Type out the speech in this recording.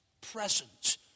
present